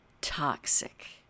toxic